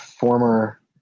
former